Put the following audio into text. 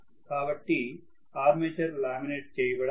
కాబట్టి armature laminate చేయబడాలి